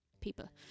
people